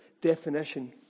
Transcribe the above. definition